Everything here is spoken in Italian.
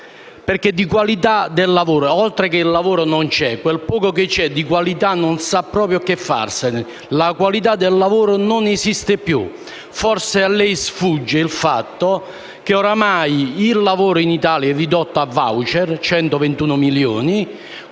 perché, al di là del fatto che il lavoro non c'è, quel poco che c'è della qualità non sa proprio cosa farsene, la qualità del lavoro non esiste più. Forse a lei sfugge il fatto che ormai il lavoro in Italia è ridotto a *voucher* (121 milioni